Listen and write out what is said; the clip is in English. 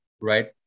right